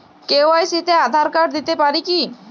KYC তে Aadhaar card দিতে পারি কি?